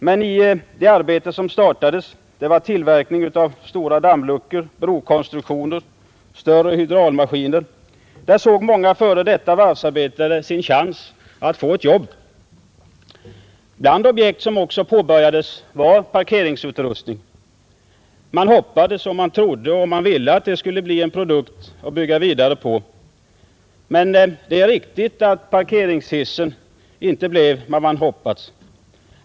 Men i det arbete som startades — tillverkning av stora dammluckor, brokonstruktioner och större hydraulmaskiner — såg många före detta varvsarbetare sin chans att få jobb. Bland objekt som också påbörjades var parkeringsutrustning. Man hoppades, trodde och ville att detta skulle bli en produkt att bygga vidare på. Men det är riktigt att parkeringshissen inte blev vad man hoppats på.